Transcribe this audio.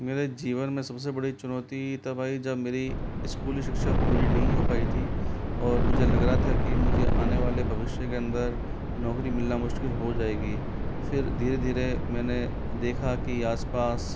मेरे जीवन में सब से बड़ी चुनौती तब आई जब मेरी स्कूली शिक्षा पूरी नहीं हो पाई थी और मुझे लग रहा था कि मुझे आने वाले भविष्य के अंदर नौकरी मिलना मुश्किल हो जाएगा फिर धीरे धीरे मैंने देखा कि आस पास